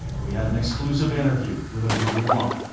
we had an exclusive interview with abu ridwan.